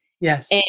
Yes